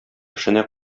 эшенә